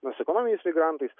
na su ekonominiais migrantais